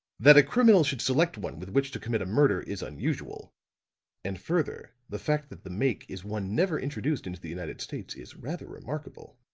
that a criminal should select one with which to commit a murder is unusual and, further the fact that the make is one never introduced into the united states is rather remarkable.